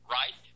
right